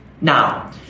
Now